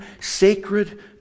sacred